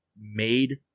made